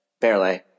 Barely